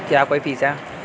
क्या कोई फीस है?